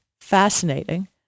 fascinating